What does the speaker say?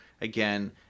again